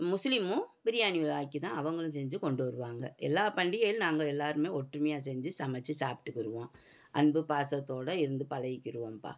முஸ்லீமும் பிரியாணி ஆக்கி தான் அவங்களும் செஞ்சு கொண்டு வருவாங்க எல்லாம் பண்டிகைலையும் நாங்கள் எல்லோருமே ஒற்றுமையாக செஞ்சு சமைச்சு சாப்பிட்டுக்கிருவோம் அன்பு பாசத்தோடு இருந்து பழகிக்கிருவோம்ப்பா